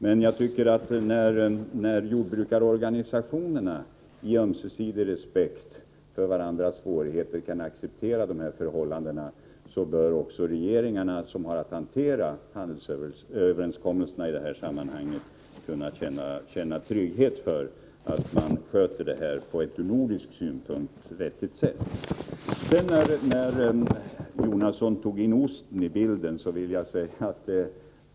Men när jordbrukarorganisationerna i ömsesidig respekt för varandras svårigheter kan acceptera dessa förhållanden, bör också regeringarna, som har att hantera handelsöverenskommelser i detta sammanhang, kunna känna trygghet för att denna fråga sköts på ett ur nordisk synpunkt lämpligt sätt. Bertil Jonasson tog också in osten i bilden.